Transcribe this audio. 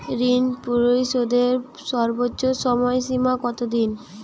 ঋণ পরিশোধের সর্বোচ্চ সময় সীমা কত দিন?